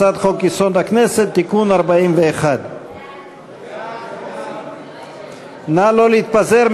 הצעת חוק-יסוד: הכנסת (תיקון מס' 41). נא לא להתפזר,